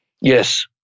Yes